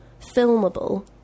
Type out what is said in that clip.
filmable